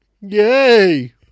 Yay